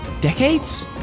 Decades